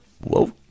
whoa